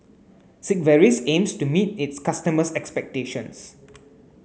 Sigvaris aims to meet its customers' expectations